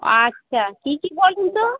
আচ্ছা কী কী বলুন তো